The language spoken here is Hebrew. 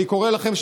אני קורא לכם,